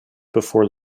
before